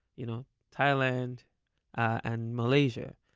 you know thailand and malaysia.